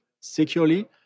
securely